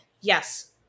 yes